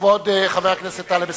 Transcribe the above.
כבוד חבר הכנסת טלב אלסאנע.